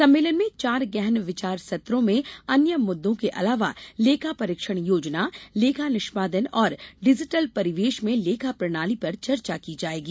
सम्मेलन में चार गहन विचार सत्रों में अन्य मुद्दों के अलावा लेखा परीक्षण योजना लेखा निष्पादन और डिजीटल परिवेश में लेखा प्रणाली पर चर्चा की जायेगी